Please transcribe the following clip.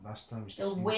last time its the same